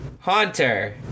Haunter